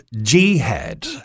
jihad